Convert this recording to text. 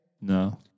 No